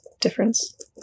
difference